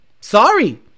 Sorry